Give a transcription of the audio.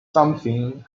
something